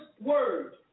word